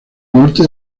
norte